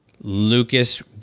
Lucas